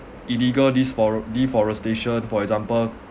illegal desfore~ deforestation for example